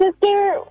sister